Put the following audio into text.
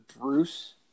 Bruce